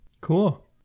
Cool